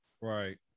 Right